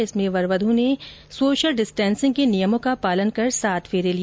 इसमें वर वध् ने सोशल डिस्टेंसिंग के नियमों का पालन कर सात फेरे लिए